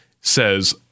says